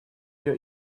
your